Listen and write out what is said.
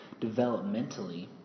developmentally